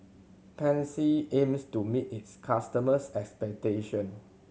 Pansy aims to meet its customers' expectation